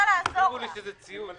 שזה מס שהוא בכלל